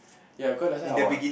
ya cause last time I was